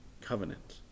covenant